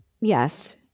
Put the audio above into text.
Yes